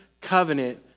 covenant